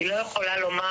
אני לא יכולה לומר,